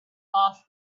off